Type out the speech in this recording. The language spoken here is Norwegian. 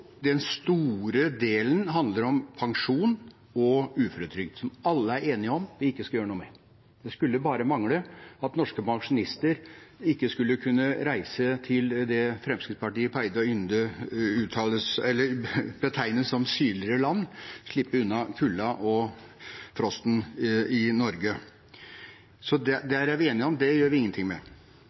den store delen handler om pensjon og uføretrygd, som alle er enige om at vi ikke skal gjøre noe med. Det skulle bare mangle at norske pensjonister ikke skulle kunne reise til det Fremskrittspartiet pleide å betegne som «sydligere» land, slippe unna kulda og frosten i Norge. Så det er vi enige om, det gjør vi ingenting med.